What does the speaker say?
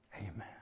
Amen